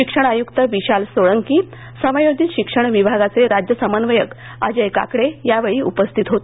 शिक्षण आयुक्त विशाल सोळंकी समायोजित शिक्षण विभागाचे राज्य समन्वयक अजय काकडे यावेळी उपस्थित होते